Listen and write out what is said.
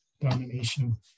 domination